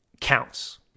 counts